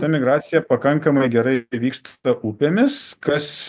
ta migracija pakankamai gerai vyksta upėmis kas